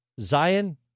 Zion